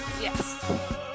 Yes